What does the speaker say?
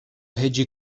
هجی